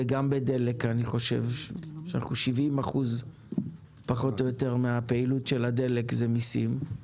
אני חושב גם ש- 70% פחות או יותר מהפעילות של הדלק זה מיסים.